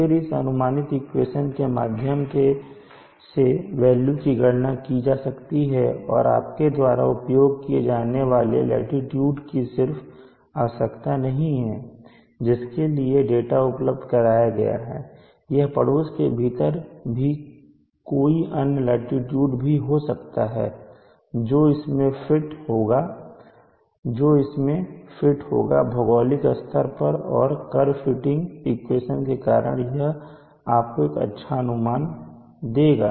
फिर इस अनुमानित इक्वेशन के माध्यम से वेल्यू की गणना की जा सकती है और आपके द्वारा उपयोग किए जाने वाले लाटीट्यूड की सिर्फ आवश्यकता नहीं है जिसके लिए डेटा उपलब्ध कराया गया है यह पड़ोस के भीतर भी कोई अन्य लाटीट्यूड भी हो सकता है जो इसमें फिट होगा जो इसमें फिट होगा भौगोलिक स्तर पर और कर्व फिटिंग इक्वेशन के कारण यह आपको एक अच्छा अनुमान देगा